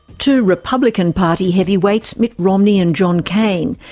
two republican party heavyweights, mitt romney and john cain,